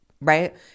Right